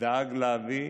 דאג להביא.